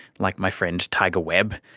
like my friend tiger webb,